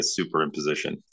superimposition